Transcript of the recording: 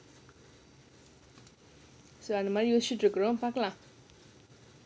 so அந்த மாதிரி யோசிச்சிட்டுருக்கேன் பார்க்கலாம்:andha maadhiri yosichitturukkaen paarkalaam